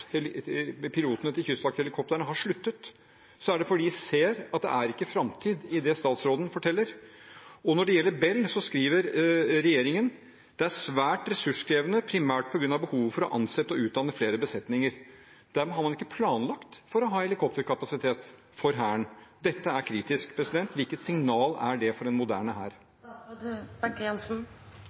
pilotene til kystvakthelikoptrene har sluttet, så er det fordi de ser at det ikke er framtid i det statsråden forteller. Og når det gjelder Bell, skriver regjeringen: «Dette vil være svært ressurskrevende, primært på grunn av behovet for å ansette og utdanne flere besetninger.» Dermed har man ikke planlagt for å ha helikopterkapasitet for Hæren. Dette er kritisk. Hvilket signal er det for en moderne